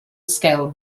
scale